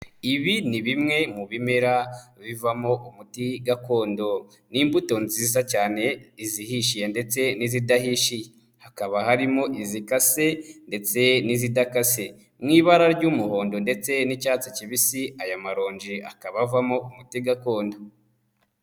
Ibi ni bimwe mu bimera bivamo umuti gakondo, ni imbuto nziza cyane izihishiye ndetse n'izidahishiye, hakaba harimo izikase ndetse n'izidakase mu ibara ry'umuhondo ndetse n'icyatsi kibisi, aya maronji akaba avamo umuti gakondo.